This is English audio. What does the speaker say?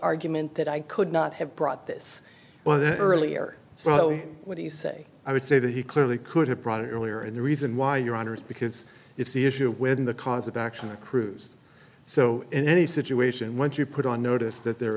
argument that i could not have brought this on the earlier what do you say i would say that he clearly could have brought in earlier and the reason why your honor is because it's the issue when the cause of action accrues so in any situation once you put on notice that there